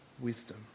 wisdom